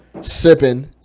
sipping